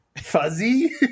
Fuzzy